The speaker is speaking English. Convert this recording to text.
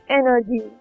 energy